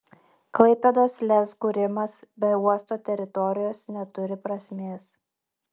klaipėdos lez kūrimas be uosto teritorijos neturi prasmės